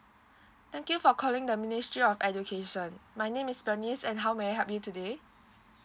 thank you for calling the ministry of education my name is Pernice and how may I help you today